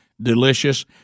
delicious